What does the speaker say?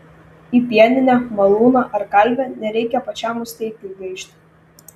į pieninę malūną ar kalvę nereikia pačiam musteikiui gaišti